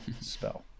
spell